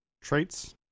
Traits